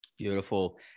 Beautiful